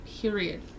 period